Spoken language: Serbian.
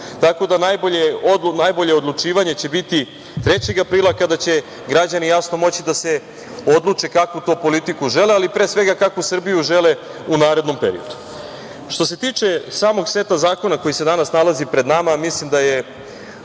Tako da najbolje odlučivanje će biti 3. aprila kada će građani jasno moći da se odluče kakvu to politiku žele, ali pre svega kakvu Srbiju žele u narednom periodu. Što se tiče samog seta zakona koji se danas nalazi pred nama, mislim da je